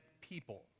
people